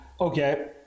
Okay